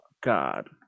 God